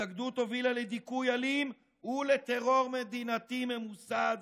התנגדות הובילה לדיכוי אלים ולטרור מדינתי ממוסד,